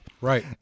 Right